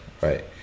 right